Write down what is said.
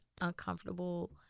uncomfortable